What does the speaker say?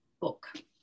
book